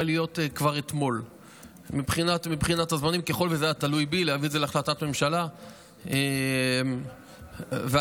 להיות: להביא את זה להחלטת ממשלה כבר אתמול,